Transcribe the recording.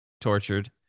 tortured